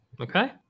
Okay